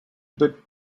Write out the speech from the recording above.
bit